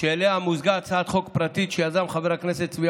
שאליה מוזגה הצעת חוק פרטית שיזם חבר הכנסת צבי